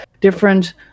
different